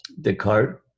Descartes